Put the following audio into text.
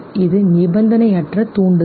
இது நிபந்தனையற்ற தூண்டுதல்